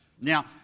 Now